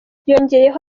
yongeyeho